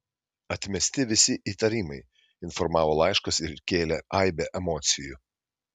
atmesti visi įtarimai informavo laiškas ir kėlė aibę emocijų